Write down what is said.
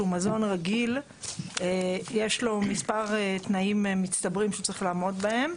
מזון רגיל יש לו מספר תנאים מצטברים שהוא צריך לעמוד בהם.